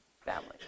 family